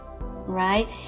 right